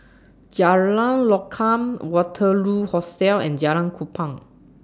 Jalan Lokam Waterloo Hostel and Jalan Kupang